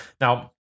Now